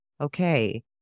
okay